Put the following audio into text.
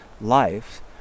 life